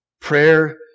Prayer